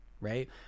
right